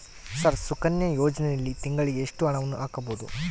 Sir Sukanya ಯೋಜನೆಯಲ್ಲಿ ತಿಂಗಳಿಗೆ ಎಷ್ಟು ಹಣವನ್ನು ಹಾಕಬಹುದು?